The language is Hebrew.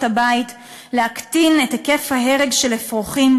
הבית להקטין את היקף ההרג של אפרוחים,